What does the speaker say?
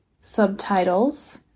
subtitles